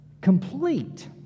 complete